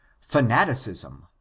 Fanaticism